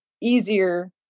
easier